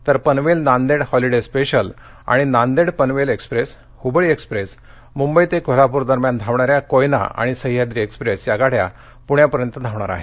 तर Panvel Nanded holiday special आणि Nanded Panvel express Hubli express Mumbai ते कोल्हापूर दरम्यान धावणाऱ्या कोयना आणि सह्याद्री एक्स्प्रेस या गाड्या पुण्यापर्यंत धावणार आहेत